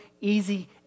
easy